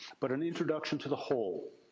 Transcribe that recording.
but an introduction to the whole,